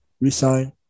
resign